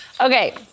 Okay